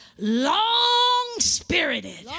long-spirited